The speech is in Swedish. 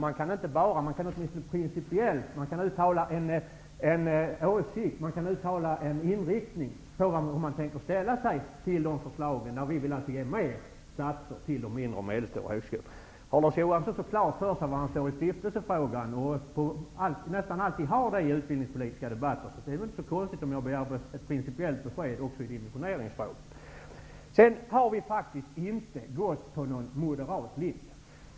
Man kan uttala sig principiellt om hur man tänker ställa sig till förslagen på dessa punkter. Vi vill ge fler platser till de mindre och medelstora högskolorna. Om Larz Johansson nu har så klart för sig var han står -- det har han nästan alltid i utbildningspolitiska debatter -- i stiftelsefrågan, är det väl inte så konstigt att jag begär ett principiellt besked också i dimensioneringsfrågan. Vi har inte gått på någon moderat linje.